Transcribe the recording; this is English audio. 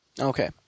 Okay